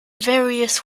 various